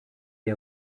est